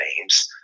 names